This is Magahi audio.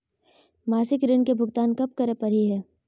मासिक ऋण के भुगतान कब करै परही हे?